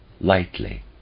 lightly